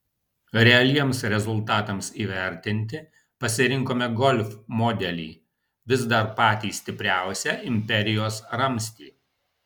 realiems rezultatams įvertinti pasirinkome golf modelį vis dar patį stipriausią imperijos ramstį